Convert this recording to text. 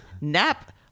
nap